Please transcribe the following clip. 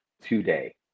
today